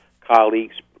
colleagues